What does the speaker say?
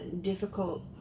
difficult